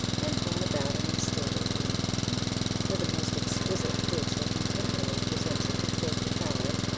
and borne about in a stately palanquin where the most exquisite fruits were continually presented to court her palate,